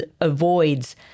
avoids